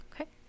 Okay